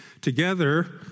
Together